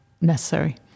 necessary